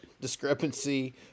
discrepancy